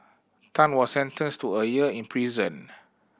Tan was sentenced to a year in prison